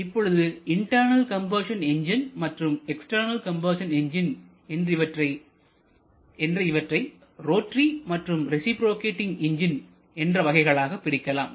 இப்பொழுது internal combustion engine மற்றும் external combustion engine என்று இவற்றை ரோட்டரி மற்றும் ரேசிப்ரோகேட்டிங் எஞ்சின் என்ற வகைகளாக பிரிக்கலாம்